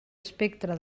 espectre